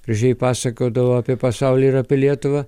gražiai pasakodavo apie pasaulį ir apie lietuvą